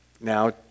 Now